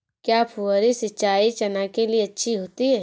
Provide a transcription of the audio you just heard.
क्या फुहारी सिंचाई चना के लिए अच्छी होती है?